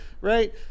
right